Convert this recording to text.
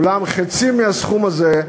אך חצי מהסכום הזה,